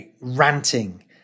ranting